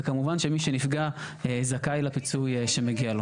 וכמובן שמי שנפגע זכאי לפיצוי שמגיע לו.